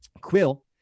Quill